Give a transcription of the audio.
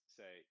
say